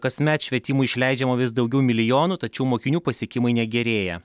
kasmet švietimui išleidžiama vis daugiau milijonų tačiau mokinių pasiekimai negerėja